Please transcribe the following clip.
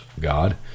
God